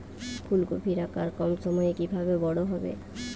ফুলকপির আকার কম সময়ে কিভাবে বড় হবে?